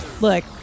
Look